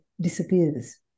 disappears